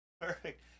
Perfect